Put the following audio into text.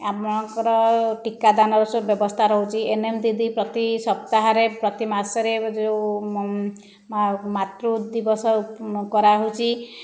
ଆମମାନଙ୍କର ଟୀକା ଦାନର ସବୁ ବ୍ୟବସ୍ଥା ରହୁଛି ଏନଏମ ଦିଦି ପ୍ରତି ସପ୍ତାହରେ ପ୍ରତି ମାସରେ ଯେଉଁ ମାତୃଦିବସ କରାହେଉଛି